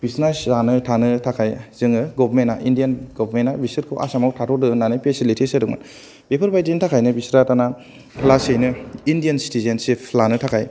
बिसिना जानो थानो थाखाय जोङो गभमेना इण्डियान गभमेना बिसोरखौ आसामाव थाथ'दो होननानै फेसेलितिस होदोंमोन बेफोर बायदिनि थाखायनो बिस्रा दाना लासैनो इण्डियान सिथिजेन्तसिब लानो थाखाय